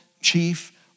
chief